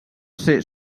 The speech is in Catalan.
ser